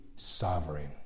sovereign